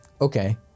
Okay